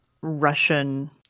Russian